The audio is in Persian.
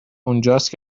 اونجاست